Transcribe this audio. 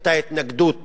היתה התנגדות